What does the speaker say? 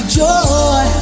joy